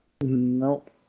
Nope